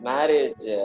Marriage